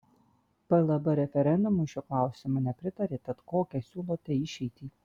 plb referendumui šiuo klausimu nepritarė tad kokią siūlote išeitį